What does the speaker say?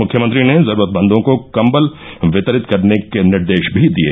मुख्यमंत्री ने जरूरतमंदों को कम्बल वितरित करने के निर्देश भी दिये